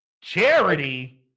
Charity